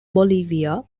bolivia